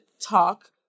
talk